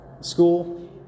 school